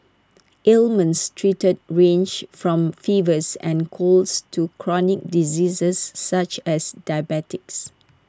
ailments treated range from fevers and colds to chronic diseases such as diabetes